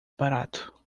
barato